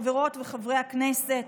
חברות וחברי הכנסת,